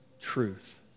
truth